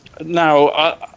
Now